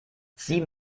sieh